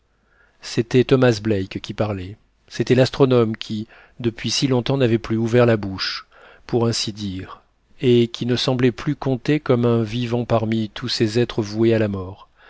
c'était thomas black qui parlait c'était l'astronome qui depuis si longtemps n'avait plus ouvert la bouche pour ainsi dire et qui ne semblait plus compter comme un vivant parmi tous ces êtres voués à la mort